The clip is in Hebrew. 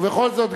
ובכל זאת,